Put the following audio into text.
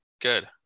good